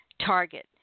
Target